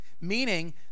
Meaning